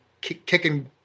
kicking